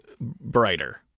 brighter